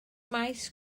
maes